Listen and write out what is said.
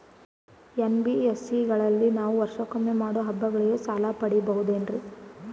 NBSC ಗಳಲ್ಲಿ ನಾವು ವರ್ಷಕೊಮ್ಮೆ ಮಾಡೋ ಹಬ್ಬಗಳಿಗೆ ಸಾಲ ಪಡೆಯಬಹುದೇನ್ರಿ?